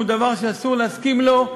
הוא דבר שאסור להסכים לו,